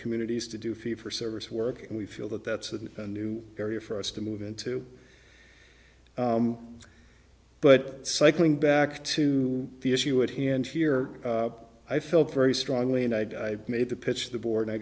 communities to do fee for service work and we feel that that's a new area for us to move into but cycling back to the issue at hand here i feel very strongly and i made the pitch the board